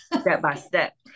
step-by-step